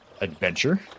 adventure